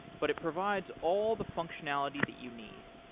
but it provides all the functionality that you need.